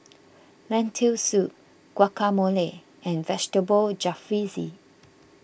Lentil Soup Guacamole and Vegetable Jalfrezi